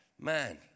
Man